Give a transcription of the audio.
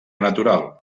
natural